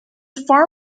far